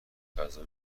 غذا